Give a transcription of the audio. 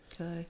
Okay